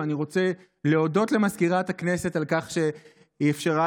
ואני רוצה להודות למזכירת הכנסת על כך שהיא אפשרה